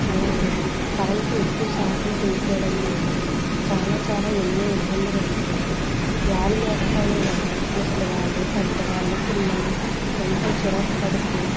అలాగే కరెంటు ఎక్కువ శాతం తీసేయడం వల్ల చాలా చాలా ఎన్నో ఇబ్బందులు ఉంటున్నాయి గాలి లేకపోవడం వల్ల ముసలి వాళ్ళు పెద్దవాళ్ళు పిల్లలు ఎంతో చిరాకు పడుతూ